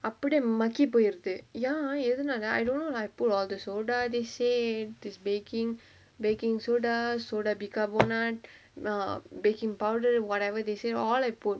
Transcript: அப்டியே மக்கி போய்ருது:apdiyae makki poyiruthu ya எதுனால:ethunaala I don't know lah I put all these soda they say this baking baking soda soda bicarbonate err baking powder whatever they say all I put